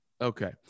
Okay